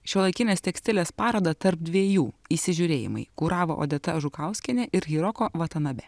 šiuolaikinės tekstilės parodą tarp dviejų įsižiūrėjimai kuravo odeta žukauskienė ir hiroko vatanabe